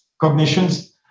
cognitions